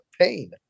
pain